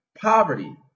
Poverty